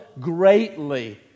greatly